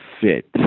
fit